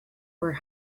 were